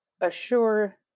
assure